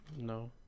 No